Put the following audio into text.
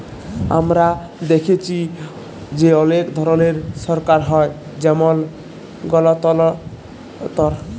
আমরা দ্যাখেচি যে অলেক ধরলের সরকার হ্যয় যেমল গলতলতর